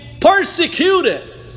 persecuted